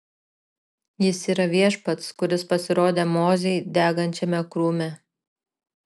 jis yra viešpats kuris pasirodė mozei degančiame krūme